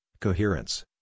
coherence